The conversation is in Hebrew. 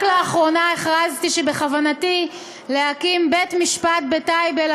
רק לאחרונה הכרזתי שבכוונתי להקים בית-משפט בטייבה,